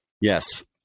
Yes